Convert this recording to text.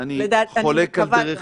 אני מקווה --- אני חולק הדרך.